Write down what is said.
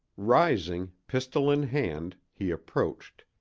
rising, pistol in hand, he approached.